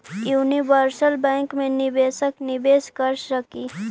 universal bank मैं निवेशक निवेश कर सकऽ हइ